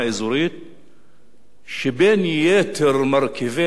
שבין יתר מרכיביה גם סוריה.